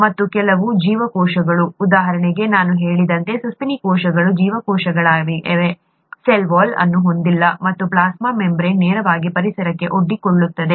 ಮತ್ತು ಕೆಲವು ಜೀವಕೋಶಗಳು ಉದಾಹರಣೆಗೆ ನಾನು ಹೇಳಿದಂತೆ ಸಸ್ತನಿ ಕೋಶಗಳು ಜೀವಕೋಶಗಳಾಗಿವೆ ಸೆಲ್ ವಾಲ್ ಅನ್ನು ಹೊಂದಿಲ್ಲ ಮತ್ತು ಪ್ಲಾಸ್ಮಾ ಮೆಂಬರೇನ್ ನೇರವಾಗಿ ಪರಿಸರಕ್ಕೆ ಒಡ್ಡಿಕೊಳ್ಳುತ್ತದೆ